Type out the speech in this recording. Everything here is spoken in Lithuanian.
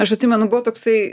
aš atsimenu buvo toksai